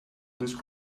please